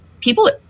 people